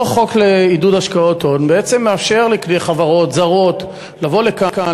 אותו חוק לעידוד השקעות הון מאפשר לחברות זרות לבוא לכאן,